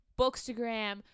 bookstagram